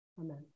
Amen